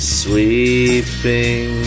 sweeping